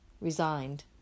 resigned